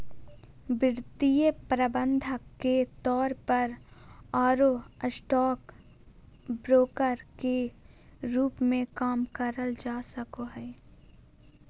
वित्तीय प्रबंधक के तौर पर आरो स्टॉक ब्रोकर के रूप मे काम करल जा सको हई